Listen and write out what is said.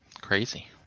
Crazy